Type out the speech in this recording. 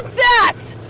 that!